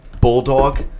Bulldog